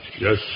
yes